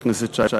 חבר הכנסת שי.